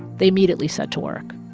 they immediately set to work,